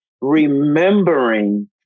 remembering